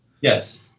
Yes